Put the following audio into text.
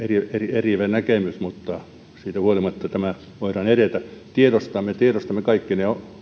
eriävä näkemys mutta siitä huolimatta tässä voidaan edetä me tiedostamme kaikki ne